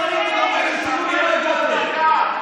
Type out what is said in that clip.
לשלוח את זועבי כקונסולית בסין,